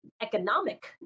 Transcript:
economic